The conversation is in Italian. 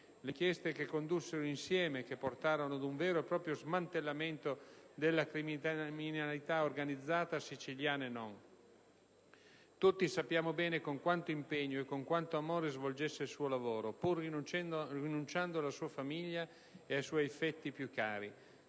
le inchieste che condussero insieme, che portarono ad un vero e proprio smantellamento della criminalità organizzata, siciliana e non. Tutti sappiamo bene con quanto impegno e con quanto amore svolgesse il suo lavoro, pur rinunciando alla sua famiglia e ai suoi affetti più cari,